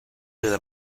della